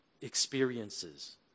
experiences